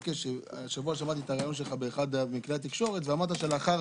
השבוע שמעתי את הריאיון שלך באחד מכלי התקשורת ואמרת שלאחר